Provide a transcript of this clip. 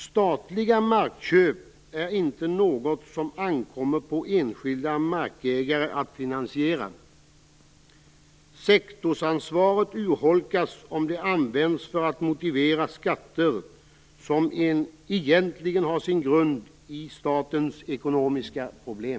Statliga markköp är inte något som ankommer på enskilda markägare att finansiera. Sektorsansvaret urholkas om det används för att motivera skatter, som egentligen har sin grund i statens ekonomiska problem.